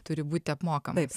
turi būti apmokamas